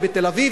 ובתל-אביב,